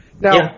Now